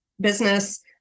business